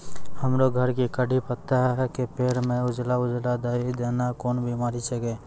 हमरो घर के कढ़ी पत्ता के पेड़ म उजला उजला दही जेना कोन बिमारी छेकै?